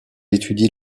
étudie